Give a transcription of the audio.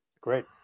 Great